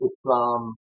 Islam